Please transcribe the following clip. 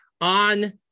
on